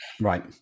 right